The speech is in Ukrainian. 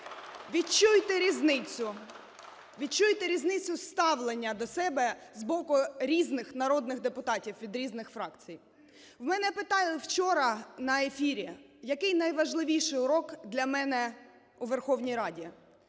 Відчуйте різницю ставлення до себе з боку різних народних депутатів від різних фракцій. В мене питали вчора на ефірі, який найважливіший урок для мене у Верховній Раді.